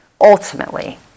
ultimately